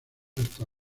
hasta